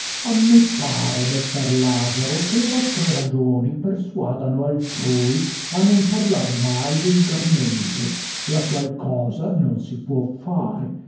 a me pare messer lazaro che le vostre ragioni persuadano altrui a non parlar mai volgarmente la qual cosa non si può fare